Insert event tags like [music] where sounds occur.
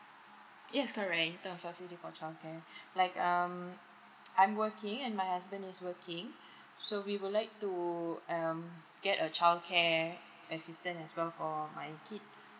yes correct in terms of subsidy for childcare [breath] like um I'm working and my husband is working so we would like to um get a childcare assistance as well for my kid